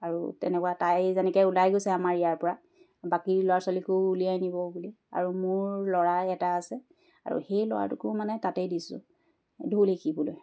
আৰু তেনেকুৱা তাই যেনেকৈ ওলাই গৈছে আমাৰ ইয়াৰ পৰা বাকী ল'ৰা ছোৱালীকো উলিয়াই নিব বুলি আৰু মোৰ ল'ৰা এটা আছে আৰু সেই ল'ৰাটোকো মানে তাতেই দিছোঁ ঢোল শিকিবলৈ